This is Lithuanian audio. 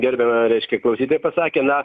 gerbiama reiškia klausytoja pasakė na